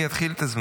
אדוני השר,